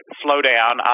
slowdown